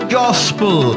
gospel